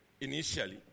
initially